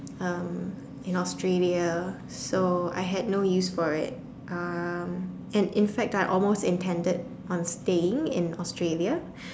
um in Australia so I had no use for it um and in fact I almost intended on staying in Australia